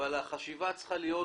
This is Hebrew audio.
החשיבה צריכה להיות